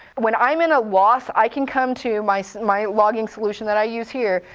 when i'm in a loss, i can come to my so my logging solution that i use here,